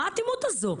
מה האטימות הזו?